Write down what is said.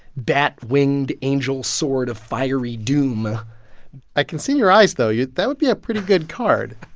bat-winged angel sword of fiery doom i can see your eyes, though. you that would be a pretty good card